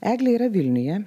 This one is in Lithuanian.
eglė yra vilniuje